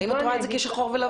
האם את רואה את זה כשחור ולבן?